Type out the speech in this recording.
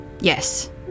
Yes